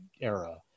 era